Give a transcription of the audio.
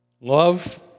love